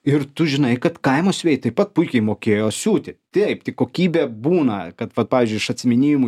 ir tu žinai kad kaimo siuvėjai taip pat puikiai mokėjo siūti taip tai kokybė būna kad vat pavyžiui iš atsiminimų